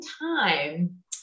time